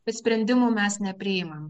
bet sprendimų mes nepriimam